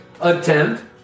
attempt